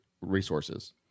resources